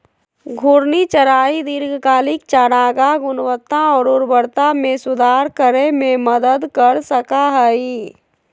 घूर्णी चराई दीर्घकालिक चारागाह गुणवत्ता और उर्वरता में सुधार करे में मदद कर सका हई